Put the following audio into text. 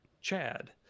Chad